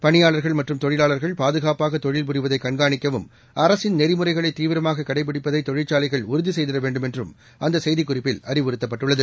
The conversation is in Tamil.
பணியாளர்கள் மற்றும் தொழிலாளர்கள் பாதுகாப்பாக தொழில் புரிவதை கண்காணிக்கவும் அரசின் நெறிமுறைகளை தீவிரமாக கடைபிடிப்பதை தொழிற்சாலைகள் உறுதி செய்திட வேண்டுமென்று அந்த செய்திக்குறிப்பில் அறிவுறுத்தப்பட்டுள்ளது